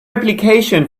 application